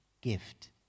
gift